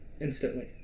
instantly